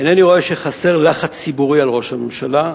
אינני רואה שחסר לחץ ציבורי על ראש הממשלה.